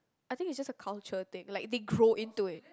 I think it's just a culture thing like they grow into it